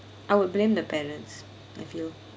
I would blame the parents I feel